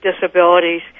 disabilities